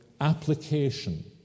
application